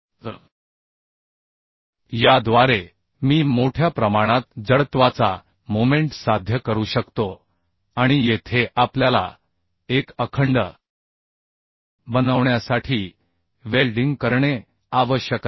तरयाद्वारे मी मोठ्या प्रमाणात जडत्वाचा मोमेंट साध्य करू शकतो आणि येथे आपल्याला एक अखंड बनवण्यासाठी वेल्डिंग करणे आवश्यक आहे